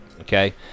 Okay